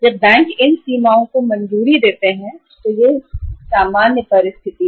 जब बैंक इन सीमाओं को मंजूरी देते हैं तो यह सामान्य परिस्थिति है